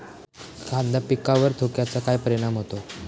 कांदा पिकावर धुक्याचा काय परिणाम होतो?